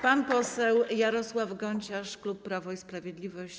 Pan poseł Jarosław Gonciarz, klub Prawo i Sprawiedliwość.